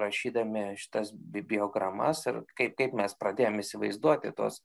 rašydami šitas bi biogramas ir kaip kaip mes pradėjom įsivaizduoti tuos